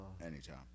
anytime